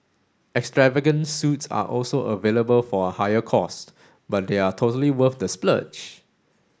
extravagant suites are also available for a higher cost but they are totally worth the splurge